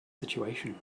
situation